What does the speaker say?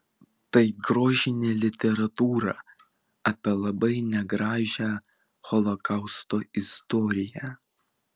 tai grožinė literatūra apie labai negražią holokausto istoriją